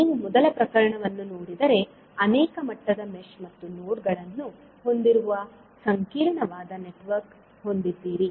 ನೀವು ಮೊದಲ ಪ್ರಕರಣವನ್ನು ನೋಡಿದರೆ ಅನೇಕ ಮಟ್ಟದ ಮೆಶ್ ಮತ್ತು ನೋಡ್ ಗಳನ್ನು ಹೊಂದಿರುವ ಸಂಕೀರ್ಣವಾದ ನೆಟ್ವರ್ಕ್ ಹೊಂದಿದ್ದೀರಿ